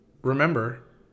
remember